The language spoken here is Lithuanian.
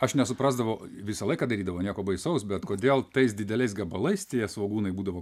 aš nesuprasdavau visą laiką darydavo nieko baisaus bet kodėl tais dideliais gabalais tie svogūnai būdavo